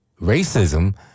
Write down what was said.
racism